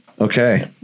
Okay